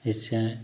जिससे